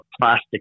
plastic